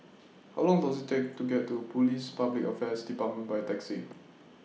How Long Does IT Take to get to Police Public Affairs department By Taxi